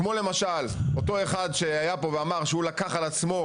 כמו למשל אותו אחד שהיה פה ואמר שהוא לקח על עצמו